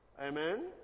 Amen